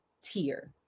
tier